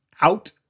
out